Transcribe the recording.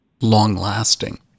long-lasting